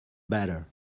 better